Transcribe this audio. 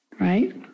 right